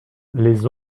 les